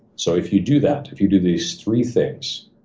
so if you do that, if you do these three things,